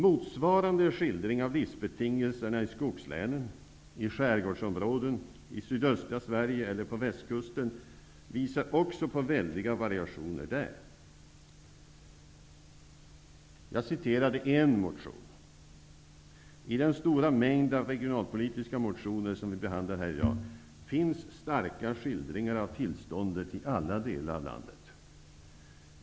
Motsvarande skildring av livsbetingelserna i skogslänen, i skärgårdsområden,i sydöstra Sverige eller på västkusten visar också på väldiga variationer där. Jag läste ur en motion. I den stora mängd av regionalpolitiska motioner som vi behandlar här i dag finns starka skildringar av tillståndet i alla delar av landet.